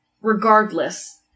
regardless